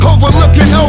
Overlooking